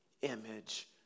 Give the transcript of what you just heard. image